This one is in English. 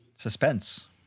Suspense